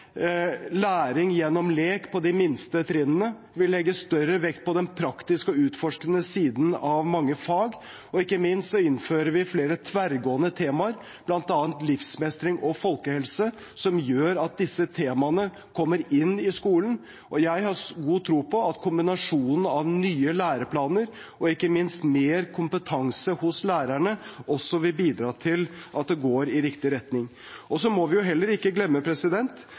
læring gjennom lek på de laveste trinnene. Vi legger større vekt på den praktiske og utforskende siden av mange fag. Ikke minst innfører vi flere tverrgående temaer, bl.a. livsmestring og folkehelse, som gjør at disse temaene kommer inn i skolen. Jeg har god tro på at kombinasjonen av nye læreplaner og ikke minst mer kompetanse hos lærerne også vil bidra til at det går i riktig retning. Så må vi heller ikke glemme